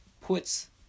puts